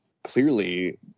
Clearly